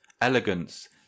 elegance